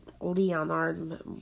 Leonard